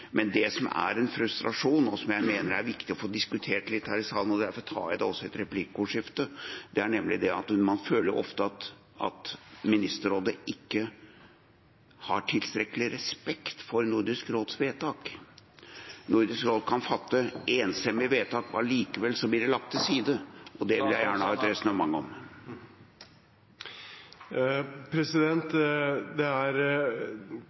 Men det som er en frustrasjon, og som jeg mener er viktig å få diskutert litt her i salen – derfor tar jeg det også i et replikkordskifte – er at man ofte føler at Ministerrådet ikke har tilstrekkelig respekt for Nordisk råds vedtak. Nordisk råd kan fatte et enstemmig vedtak, og allikevel blir det lagt til side. Det vil jeg gjerne ha et resonnement om. Det er krevende å resonnere rundt det uten konkrete eksempler, men jeg er